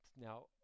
Now